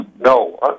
No